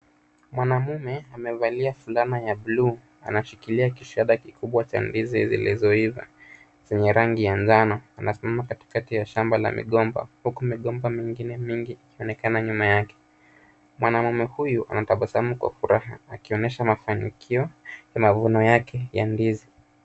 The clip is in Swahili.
Mwanamume amevalia fulana ya buluu. Anashikilia kishada kikubwa cha ndizi zilizoiva zenye rangi ya njano. Anasimama katikati ya shamba la migomba huku migomba mingine mingi ikionekana nyuma yake. Mwanamume huyu anatabasamu kwa furaha akionyesha mafanikio ya mavuno yake ya ndizi.